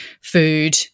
food